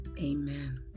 amen